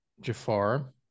Jafar